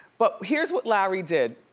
but here's what larry did.